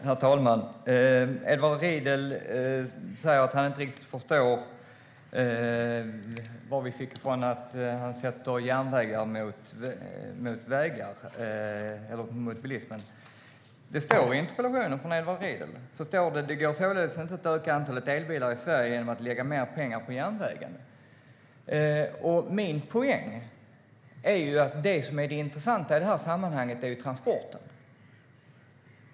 Herr talman! Edward Riedl säger att han inte riktigt förstår varifrån vi fick att han ställer järnvägar mot vägar eller mot bilismen. I Edward Riedls interpellation står: Det går således inte att öka antalet elbilar i Sverige genom att lägga mer pengar på järnvägen. Min poäng är att det intressanta i sammanhanget är transporten.